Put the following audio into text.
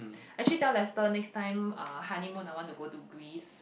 actually tell Lester next time uh honeymoon I want to go to Greece